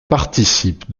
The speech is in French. participe